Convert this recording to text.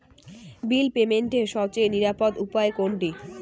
বিল পেমেন্টের সবচেয়ে নিরাপদ উপায় কোনটি?